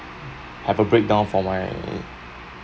have a breakdown for my